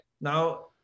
now